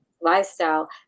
lifestyle